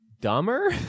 dumber